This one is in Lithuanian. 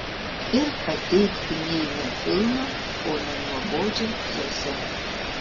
ir pateiktumėme filmą o ne nuobodžią pjesę